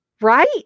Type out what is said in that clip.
Right